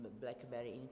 blackberry